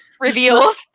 reveals